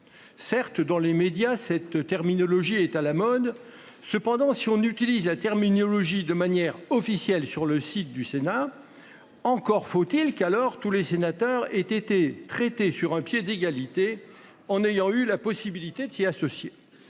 Certes, dans les médias cette terminologie est à la mode. Cependant si on utilise la terminologie de manière officielle sur le site du Sénat. Encore faut-il qu'alors tous les sénateurs aient été traités sur un pied d'égalité en ayant eu la possibilité de s'y associer.